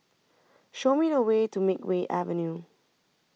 Show Me The Way to Makeway Avenue